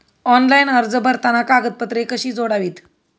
Online अर्ज भरताना कागदपत्रे कशी जोडावीत?